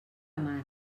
mar